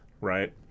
right